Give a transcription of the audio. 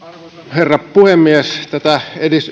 herra puhemies tätä